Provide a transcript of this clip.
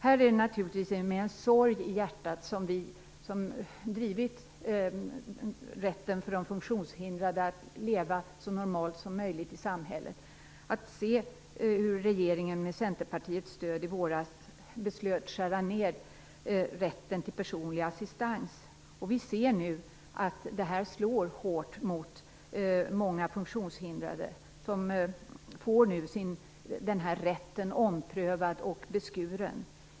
Här är det naturligtvis med sorg i hjärtat som vi, som drivit rätten för de funktionshindrade att leva så normalt som möjligt i samhället, i våras såg hur regeringen med Centerpartiets stöd beslöt att skära ned rätten till personlig assistans. Vi ser nu att det slår hårt mot många funktionshindrade, som får denna rätt omprövad och beskuren.